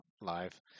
live